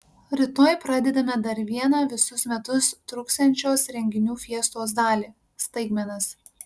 rytoj pradedame dar vieną visus metus truksiančios renginių fiestos dalį staigmenas